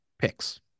picks